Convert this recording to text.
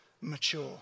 mature